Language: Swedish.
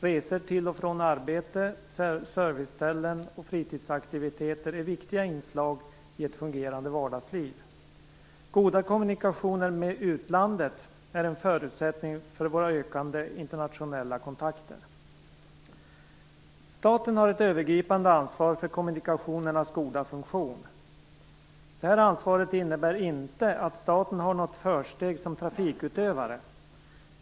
Resor till och från arbete, serviceställen och fritidsaktiviteter är viktiga inslag i ett fungerande vardagsliv. Goda kommunikationer med utlandet är en förutsättning för våra ökande internationella kontakter. Staten har ett övergripande ansvar för kommunikationernas goda funktion. Detta ansvar innebär inte att staten har något försteg som trafikutövare.